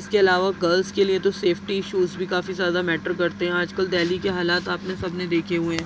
اس کے علاوہ گرلس کے لیے تو سیفٹی ایشوز بھی کافی زیادہ میٹر کرتے ہیں آج کل دہلی کے حالات آپ نے سب نے دیکھے ہوئے ہیں